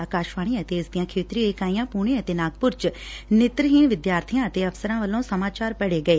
ਆਕਾਸ਼ਵਾਣੀ ਅਤੇ ਇਸ ਦੀਆਂ ਖੇਤਰੀ ਇਕਾਈਆਂ ਪੁਣੇ ਅਤੇ ਨਾਗਪੁਰ ਚ ਨੇਤਰਹੀਣ ਵਿਦਿਆਰਥੀਆਂ ਅਤੇ ਅਫ਼ਸਰਾਂ ਵੱਲੋਂ ਸਮਾਚਾਰ ਪੜੇ ਗਏ